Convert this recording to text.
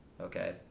okay